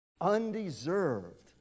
undeserved